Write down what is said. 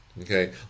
Okay